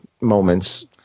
moments